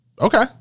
Okay